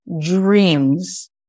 dreams